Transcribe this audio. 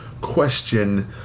question